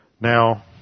Now